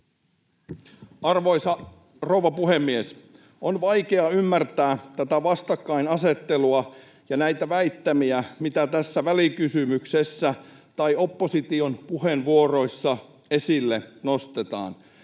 Arvoisa rouva puhemies! On vaikea ymmärtää tätä vastakkainasettelua ja näitä väittämiä, mitä tässä välikysymyksessä tai opposition puheenvuoroissa esille nostetaan.